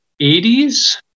80s